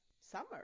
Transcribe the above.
summer